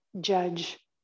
judge